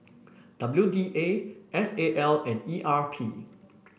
W D A S A L and E R P